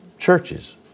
churches